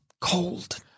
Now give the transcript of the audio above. cold